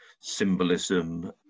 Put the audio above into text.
symbolism